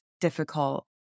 difficult